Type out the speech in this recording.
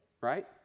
Right